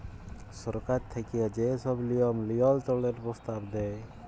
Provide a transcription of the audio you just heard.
সরকার থ্যাইকে যে ছব লিয়ম লিয়ল্ত্রলের পরস্তাব দেয়